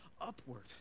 upward